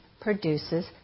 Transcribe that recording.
Produces